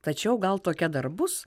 tačiau gal tokia dar bus